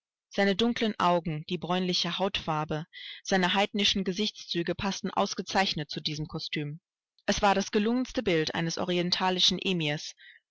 seine dunklen augen die bräunliche hautfarbe seine heidnischen gesichtszüge paßten ausgezeichnet zu diesem kostüm er war das gelungenste bild eines orientalischen emirs